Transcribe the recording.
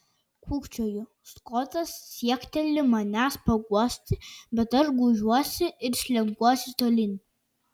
kūkčioju skotas siekteli manęs paguosti bet aš gūžiuosi ir slenkuosi tolyn